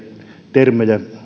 termejä